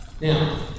Now